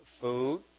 food